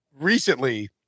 recently